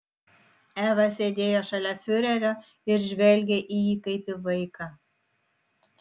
eva sėdėjo šalia fiurerio ir žvelgė į jį kaip į vaiką